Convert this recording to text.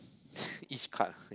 each card